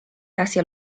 hacia